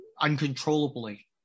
uncontrollably